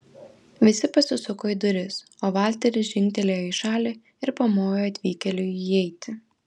visi pasisuko į duris o valteris žingtelėjo į šalį ir pamojo atvykėliui įeiti